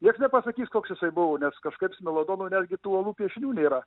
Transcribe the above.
niekas nepasakys koks jisai buvo nes kažkaipsmelodonų netgi tų uolų piešinių nėra